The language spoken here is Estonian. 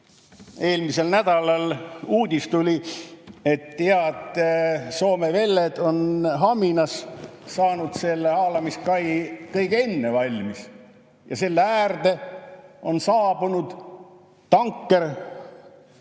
eelmisel nädalal tuli uudis, et head Soome velled on Haminas saanud haalamiskai kõige enne valmis ja selle äärde on saabunud tanker